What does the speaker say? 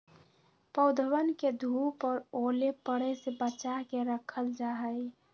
पौधवन के धूप और ओले पड़े से बचा के रखल जाहई